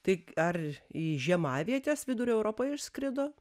tai ar į žiemavietes vidurio europoje išskrido